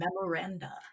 memoranda